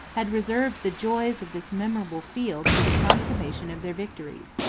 had reserved the joys of this memorable field for the consummation of their victories.